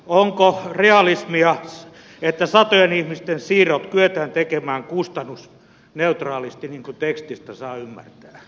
onko realismia että satojen ihmisten siirrot kyetään tekemään kustannusneutraalisti niin kuin tekstistä saa ymmärtää